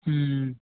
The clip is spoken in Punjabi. ਹੂੰ